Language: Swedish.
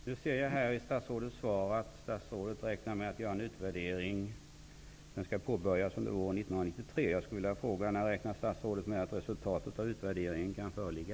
Herr talman! Jag ser i statsrådets svar att statsrådet räknar med att det skall göras en utvärdering, som skall påbörjas under våren 1993. Jag vill fråga när statsrådet räknar med att resultatet av utvärderingen kan föreligga.